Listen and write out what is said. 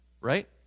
Right